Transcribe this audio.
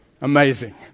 Amazing